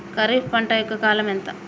ఖరీఫ్ పంట యొక్క కాలం ఎంత?